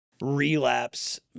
relapse